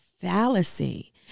fallacy